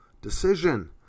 decision